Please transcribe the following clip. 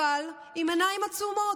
אבל עם עיניים עצומות,